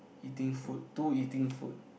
eating fruit two eating fruit